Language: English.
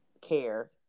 care